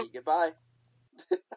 Goodbye